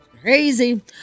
Crazy